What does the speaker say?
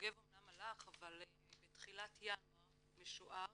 יוגב אמנם הלך, אבל בתחילת ינואר משוער